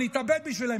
אני אתאבד בשבילם.